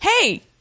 hey